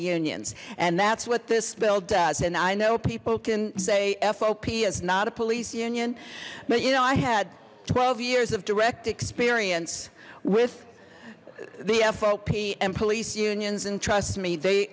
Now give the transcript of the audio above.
unions and that's what this bill does and i know people can say fop is not a police union but you know i had twelve years of direct experience with the fop and police unions and trust me they